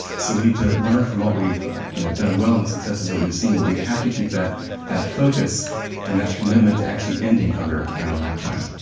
so we need to learn from what we've you know done well in the successes that we've seen, but we have to keep that at focus and that commitment to actually ending hunger in our lifetime.